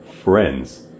friends